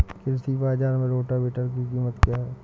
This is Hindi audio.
कृषि बाजार में रोटावेटर की कीमत क्या है?